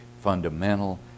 fundamental